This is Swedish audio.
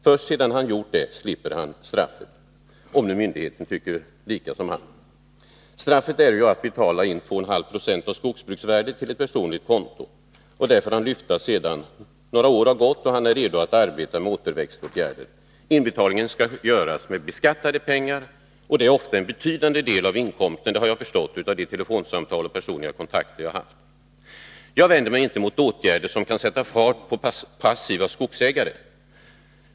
Först sedan han gjort det slipper han straff — om nu myndigheten är av samma uppfattning som skogsbrukaren. Straffet består i att man måste sätta in 2,5 90 av skogsbruksvärdet på ett personligt konto. När några år har gått och skogsbrukaren är redo att vidta återväxtåtgärder får han lyfta pengar från detta konto. Inbetalningen gäller beskattade pengar. Det är ofta fråga om en betydande del av inkomsten. Det har jag förstått av de telefonsamtal och personliga kontakter som jag haft. Jag vänder mig inte mot åtgärder som syftar till att sätta fart på passiva skogsägare.